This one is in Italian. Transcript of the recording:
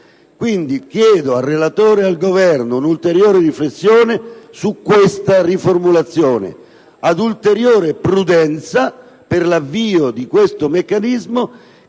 Chiedo quindi al relatore ed al Governo un'ulteriore riflessione su tale riformulazione, ispirata ad ulteriore prudenza per l'avvio di questo meccanismo